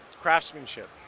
craftsmanship